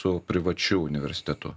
su privačiu universitetu